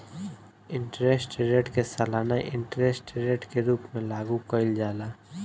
interest rate के सालाना interest rate के रूप में लागू कईल जाला